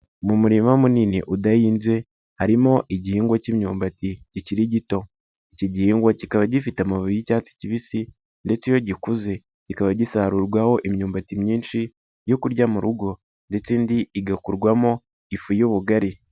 Mu murima munini udahinze harimo igihingwa cy'imyumbati kikiri gito iki gihingwa kikaba gifite amababi y'icyatsi kibisi ndetse iyo gikuze kikaba gisarurwaho imyumbati myinshi yo kurya mu rugo ndetse indi igakurwamo ifu y'ubugari.